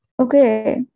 Okay